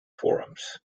forums